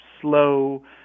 slow